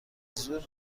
زور